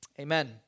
amen